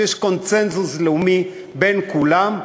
שיש קונסנזוס לאומי בין כולם,